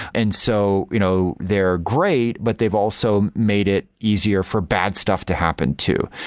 and so you know they're great, but they've also made it easier for bad stuff to happen too.